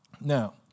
Now